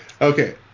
Okay